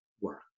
work